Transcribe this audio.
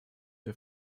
der